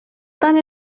tant